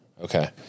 Okay